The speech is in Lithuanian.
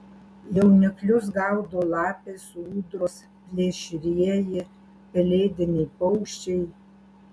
jauniklius gaudo lapės ūdros plėšrieji pelėdiniai paukščiai